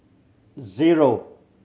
zero